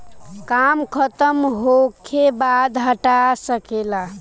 काम खतम होखे बाद हटा सके ला